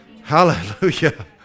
Hallelujah